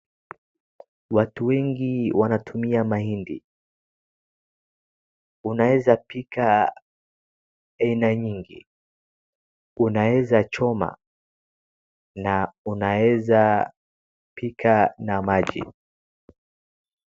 Watu wengi wanatumia mahindi. Unaeza pika aina nyingi. Unaeza choma na unaeza pika na maji.